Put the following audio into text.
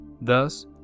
Thus